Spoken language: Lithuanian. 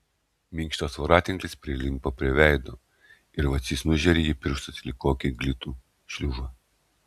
minkštas voratinklis prilimpa prie veido ir vacys nužeria jį pirštais lyg kokį glitų šliužą